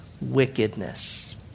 wickedness